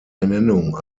ernennung